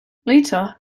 later